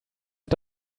hat